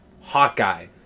Hawkeye